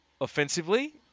offensively